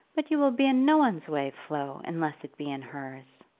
but you will be in no one's way, flo, unless it be in hers.